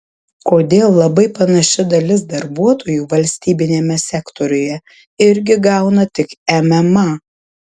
kodėl labai panaši dalis darbuotojų valstybiniame sektoriuje irgi gauna tik mma